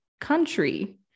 country